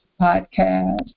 podcast